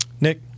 Nick